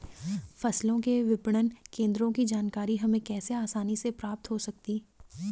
फसलों के विपणन केंद्रों की जानकारी हमें कैसे आसानी से प्राप्त हो सकती?